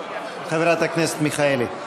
חברת הכנסת מיכאלי.